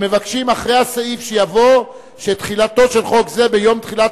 המבקשים: "אחרי הסעיף יבוא: 'תחילתו של חוק זה ביום תחילת